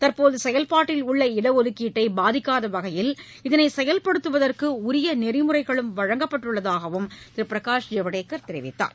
தற்போது செயல்பாட்டில் உள்ள இடஒதுக்கீட்டை பாதிக்காத வகையில் இதனை செயல்படுத்துவதற்கு உரிய நெறிமுறைகளும் வழங்கப்பட்டுள்ளதாக திரு பிரகாஷ் ஜவ்டேகர் தெரிவித்தார்